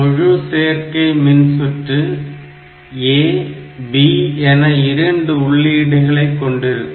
முழு சேர்க்கை மின்சுற்று A B என 2 உள்ளீடுகளை கொண்டிருக்கும்